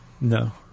No